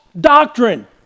doctrine